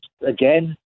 again